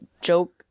joke